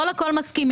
לא על הכול מסכימים.